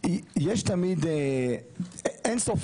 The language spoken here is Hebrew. יש תמיד עוד אין סוף